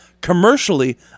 commercially